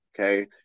Okay